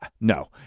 No